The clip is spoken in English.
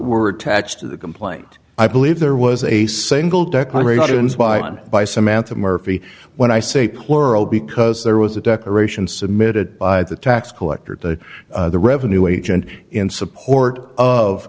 were attached to the complaint i believe there was a single declaration by samantha murphy when i say plural because there was a declaration submitted by the tax collector to the revenue agent in support of